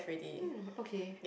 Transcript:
mm okay